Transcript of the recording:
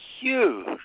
huge